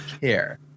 care